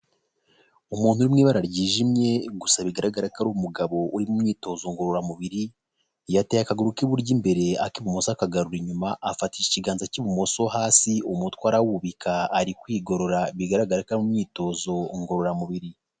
Umuntu uri mu ibara ryijimye gusa bigaragara ko ari umugabo uri mu myitozo ngororamubiri, yateye akaguru k'iburyo imbere ak'ibumoso akagarura inyuma afatisha ikiganza cy'ibumoso hasi umutwe arawubika, ari kwigorora bigaragara ko ari mu myitozo ngororamubiri.